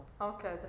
Okay